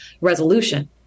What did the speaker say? resolution